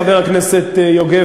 חבר הכנסת יוגב,